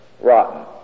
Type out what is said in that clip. rotten